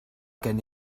gen